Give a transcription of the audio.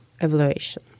evaluation